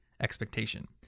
expectation